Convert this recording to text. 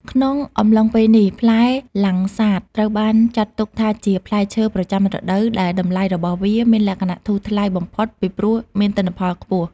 ក្នុងអំឡុងពេលនេះ ផ្លែលាំងសាតត្រូវបានចាត់ទុកថាជា ផ្លែឈើប្រចាំរដូវ ដែលតម្លៃរបស់វាមានលក្ខណៈធូរថ្លៃបំផុត ពីព្រោះមានទិន្នផលខ្ពស់។